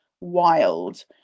wild